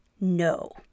no